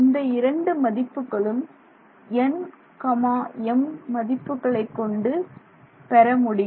இந்த இரண்டு மதிப்புகளும் nm மதிப்புகளை கொண்டு பெற முடியும்